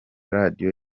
radiyo